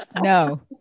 No